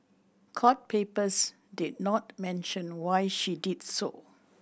court papers did not mention why she did so